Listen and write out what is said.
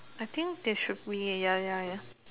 I think there should be ya ya ya